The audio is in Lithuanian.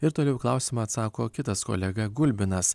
ir toliau į klausimą atsako kitas kolega gulbinas